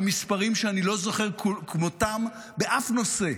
במספרים שאני לא זוכר כמותם באף נושא,